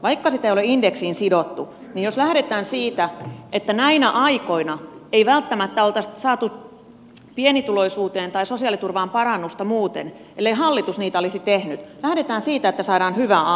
vaikka sitä ei ole indeksiin sidottu niin jos lähdetään siitä että näinä aikoina ei välttämättä oltaisi saatu pienituloisuuteen tai sosiaaliturvaan parannusta muuten ellei hallitus niitä olisi tehnyt lähdetään siitä että saadaan hyvä alku